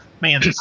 man